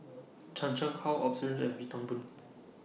Chan Chang How Osbert and Wee Toon Boon